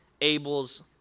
Abel's